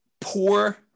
Poor